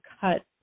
cut